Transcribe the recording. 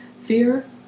Fear